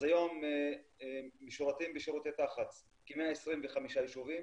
אז היום משורתים בשירותי תחבורה ציבורית כ-125 יישובים